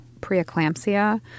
preeclampsia